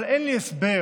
אבל אין לי הסבר